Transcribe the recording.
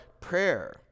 prayer